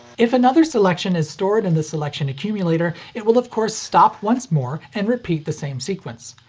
if another selection is stored in the selection accumulator, it will of course stop once more and repeat the same sequence.